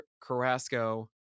Carrasco